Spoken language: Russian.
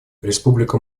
республика